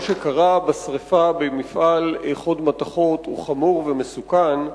מה שקרה בשרפה במפעל "חוד מתכות" הוא חמור ומסוכן.